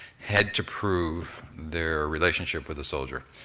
had to prove their relationship with a soldier.